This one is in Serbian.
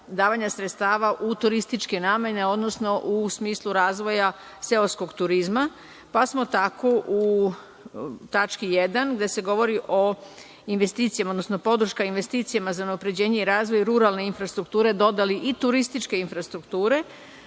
davanja sredstava u turističke namene, odnosno u smislu razvoja seoska turizma, pa smo tako u tački) 1. gde se govori o investicijama, odnosno podrška investicijama za unapređenje i razvoj ruralne infrastrukture, dodali i turističke infrastrukture.